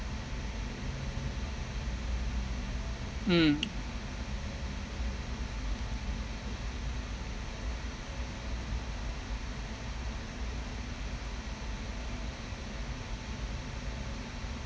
mm